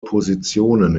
positionen